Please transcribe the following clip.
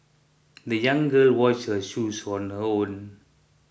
the young girl washed her shoes on her own